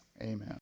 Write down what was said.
amen